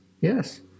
yes